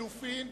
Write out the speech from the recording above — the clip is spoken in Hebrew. נא להצביע.